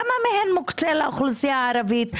כמה מהם מוקצה לאוכלוסייה הערבית?